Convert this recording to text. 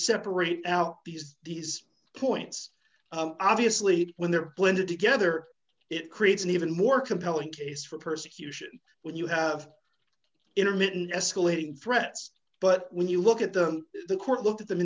separate out these these points obviously when they're blended together it creates an even more compelling case for persecution when you have intermittent escalating threats but when you look at them the court looked